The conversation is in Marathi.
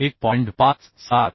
तर 1